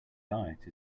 diet